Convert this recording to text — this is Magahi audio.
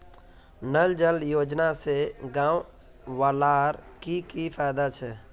नल जल योजना से गाँव वालार की की फायदा छे?